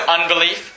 Unbelief